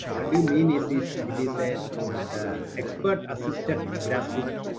mean is is it is a expert-assisted grassroot